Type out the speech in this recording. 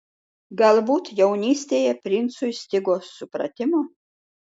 galbūt jaunystėje princui stigo supratimo